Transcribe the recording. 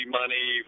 money